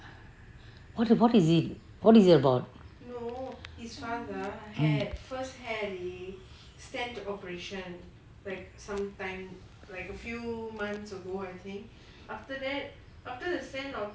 what about is it what is it about um